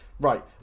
Right